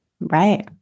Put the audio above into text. Right